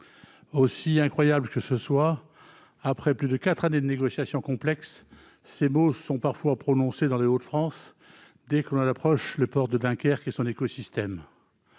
Aussi incroyable que ce soit, après plus de quatre années de négociations complexes, ces mots sont parfois prononcés dans les Hauts-de-France dès que l'on approche le port de Dunkerque et son écosystème.